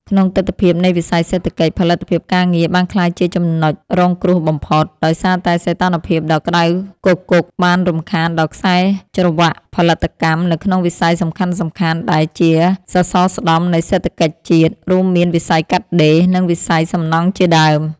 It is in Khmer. ក្នុងទិដ្ឋភាពនៃវិស័យសេដ្ឋកិច្ច ផលិតភាពការងារបានក្លាយជាចំណុចរងគ្រោះបំផុត ដោយសារតែសីតុណ្ហភាពដ៏ក្ដៅគគុកបានរំខានដល់ខ្សែច្រវាក់ផលិតកម្មនៅក្នុងវិស័យសំខាន់ៗដែលជាសសរស្តម្ភនៃសេដ្ឋកិច្ចជាតិ រួមមានវិស័យកាត់ដេរ និងវិស័យសំណង់ជាដើម។